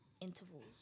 intervals